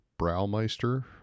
Browmeister